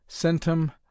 centum